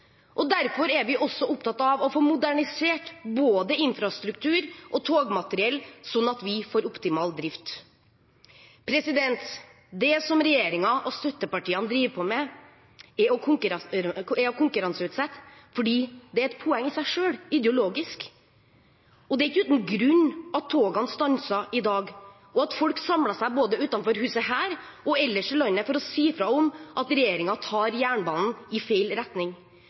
Og derfor er vi opptatt av å få modernisert både infrastruktur og togmateriell, sånn at vi får optimal drift. Det regjeringen og støttepartiene driver på med, er å konkurranseutsette fordi det er et poeng i seg selv, ideologisk. Det er ikke uten grunn at togene stanser i dag, og at folk samler seg både foran huset her og ellers i landet, for å si fra om at regjeringen tar jernbanen i feil retning